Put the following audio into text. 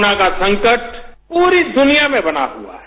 corona का संकट पूरी दुनिया में बना हुआ है